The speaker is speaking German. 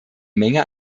menge